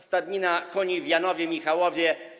Stadniny koni w Janowie i Michałowie.